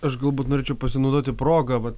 aš galbūt norėčiau pasinaudoti proga vat